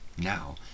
now